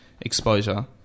exposure